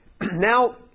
now